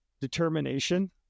determination